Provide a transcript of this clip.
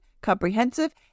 comprehensive